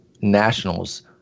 Nationals